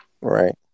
Right